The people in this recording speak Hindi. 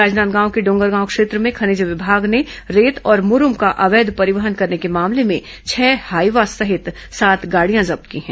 राजनांदगांव के डोंगरगांव क्षेत्र में खनिज विमाग ने रेत और मुरम का अवैध परिवहन करने के मामले में छह हाईवा सहित सात गाड़िया जब्त की हैं